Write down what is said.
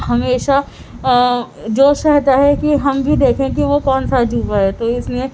ہمیشہ جوش رہتا ہے کہ ہم بھی دیکھیں کہ وہ کونسا عجوبہ ہے تو اس میں